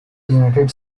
united